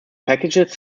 packages